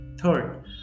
third